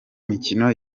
mikino